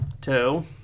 two